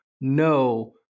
no